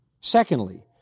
Secondly